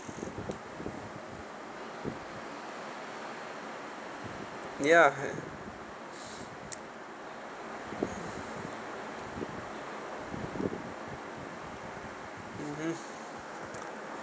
ya